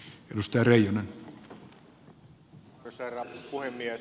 arvoisa herra puhemies